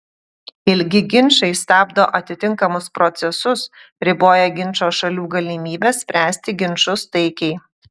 ilgi ginčai stabdo atitinkamus procesus riboja ginčo šalių galimybes spręsti ginčus taikiai